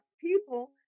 people